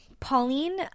Pauline